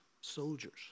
soldiers